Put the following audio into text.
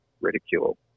ridicule